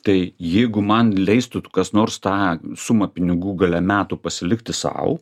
tai jeigu man leistų kas nors tą sumą pinigų gale metų pasilikti sau